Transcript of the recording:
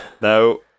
No